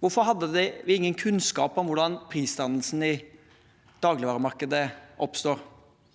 Hvorfor hadde vi ingen kunnskap om hvordan prisdannelsen i dagligvaremarkedet oppstår?